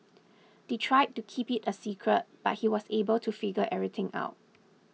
they tried to keep it a secret but he was able to figure everything out